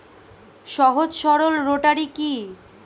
সহজ সরল রোটারি কি?